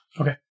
Okay